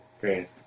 Great